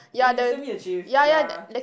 eh you send me a gif ya